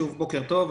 שוב בוקר טוב.